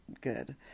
good